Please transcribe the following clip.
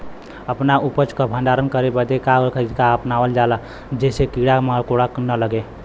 अपना उपज क भंडारन करे बदे का तरीका अपनावल जा जेसे कीड़ा मकोड़ा न लगें?